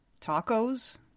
Tacos